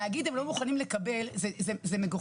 להגיד הם לא מוכנים לקבל זה מגוחך,